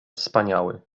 wspaniały